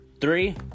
three